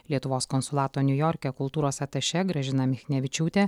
lietuvos konsulato niujorke kultūros atašė gražina michnevičiūtė